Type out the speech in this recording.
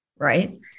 right